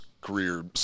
career